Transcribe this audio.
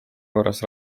korras